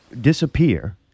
disappear